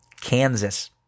Kansas